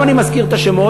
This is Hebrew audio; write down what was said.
למה אני מזכיר את השמות?